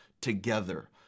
together